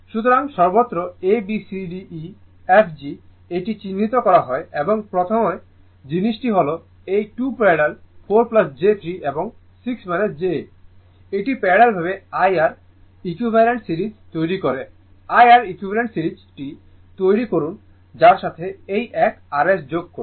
সুতরাং সর্বত্র a b c d e f g এটি চিহ্নিত করা হয় এবং প্রথম জিনিসটি হল এই 2 প্যারালাল 4 j 3 এবং 6 j 8 এটি প্যারালাল ভাবে IR ইকুইভালেন্ট সিরিজ তৈরি করে IR ইকুইভালেন্ট সিরিজ টি তৈরি করুন যার সাথে এই এক rs যোগ করুন